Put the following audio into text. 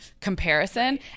comparison